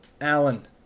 Allen